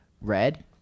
red